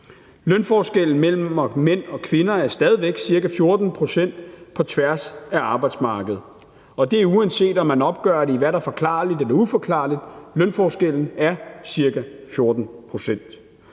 Lønforskellen mellem mænd og kvinder er stadig væk ca. 14 pct. på tværs af arbejdsmarkedet, og det er, uanset om man opgør det i, hvad der er forklarligt eller uforklarligt. Lønforskellen er ca. 14